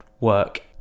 work